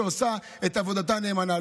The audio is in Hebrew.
שעושה את עבודתה נאמנה.